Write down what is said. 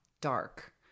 Dark